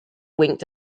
winked